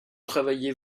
travailliez